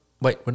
wait